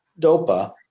DOPA